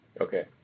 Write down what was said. Okay